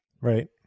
Right